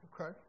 okay